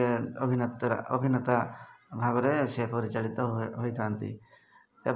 ଆଉ ସାନିଟାଇଜର୍ ବି ବ୍ୟବହାର ସବୁବେଳ ପାଇଁ କରୁଥିବେ ହାତରେ